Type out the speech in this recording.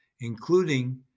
including